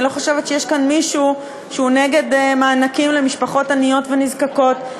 אני לא חושבת שיש כאן מישהו שהוא נגד מענקים למשפחות עניות ונזקקות,